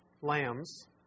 lambs